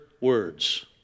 words